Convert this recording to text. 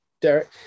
Derek